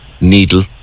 needle